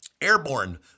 Airborne